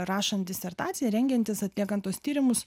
rašant disertaciją rengiantis atliekant tuos tyrimus